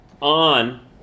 on